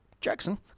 Jackson